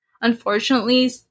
Unfortunately